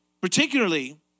Particularly